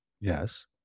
Yes